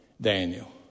Daniel